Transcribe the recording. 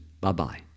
Bye-bye